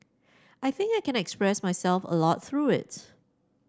I think I can express myself a lot through it